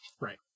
Right